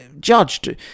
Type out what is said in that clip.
judged